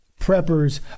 preppers